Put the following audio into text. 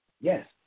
Yes